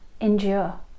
endure